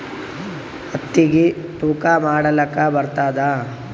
ಹತ್ತಿಗಿ ತೂಕಾ ಮಾಡಲಾಕ ಬರತ್ತಾದಾ?